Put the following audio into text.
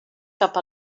cap